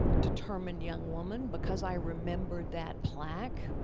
determined young woman, because i remembered that plaque,